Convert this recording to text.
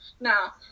now